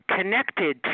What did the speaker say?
connected